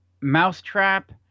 Mousetrap